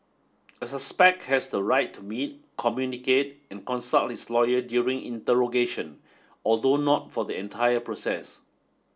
a suspect has the right to meet communicate and consult his lawyer during interrogation although not for the entire process